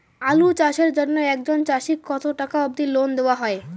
আলু চাষের জন্য একজন চাষীক কতো টাকা অব্দি লোন দেওয়া হয়?